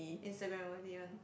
Instagram worthy one